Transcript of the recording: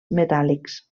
metàl·lics